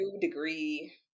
degree